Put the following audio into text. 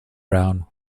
brown